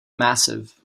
massive